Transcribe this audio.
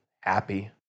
happy